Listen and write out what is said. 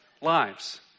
lives